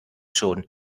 schon